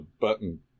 button